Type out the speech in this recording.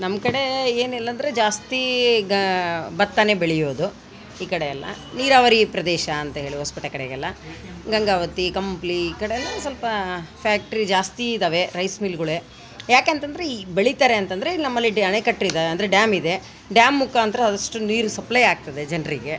ನಮ್ಮ ಕಡೆ ಏನಿಲ್ಲಾಂದ್ರೆ ಜಾಸ್ತಿ ಗ ಭತ್ತವೇ ಬೆಳೆಯೋದು ಈ ಕಡೆ ಎಲ್ಲ ನೀರಾವರಿ ಪ್ರದೇಶ ಅಂಥೇಳು ಹೊಸಪೇಟೆ ಆ ಕಡೆಗೆಲ್ಲ ಗಂಗಾವತಿ ಕಂಪ್ಲಿ ಈ ಕಡೆಲ್ಲಾ ಸ್ವಲ್ಪ ಫ್ಯಾಕ್ಟ್ರಿ ಜಾಸ್ತಿ ಇದ್ದಾವೆ ರೈಸ್ ಮಿಲ್ಗಳೆ ಯಾಕೆ ಅಂತಂದ್ರೆ ಈ ಬೆಳಿತಾರೆ ಅಂತಂದ್ರೆ ಇಲ್ಲಿ ನಮ್ಮಲ್ಲಿ ಡೆ ಅಣೆಕಟ್ಟು ಇದೆ ಅಂದರೆ ಡ್ಯಾಮ್ ಇದೆ ಡ್ಯಾಮ್ ಮುಖಾಂತ್ರ ಅಷ್ಟು ನೀರು ಸಪ್ಲೈ ಆಗ್ತದೆ ಜನರಿಗೆ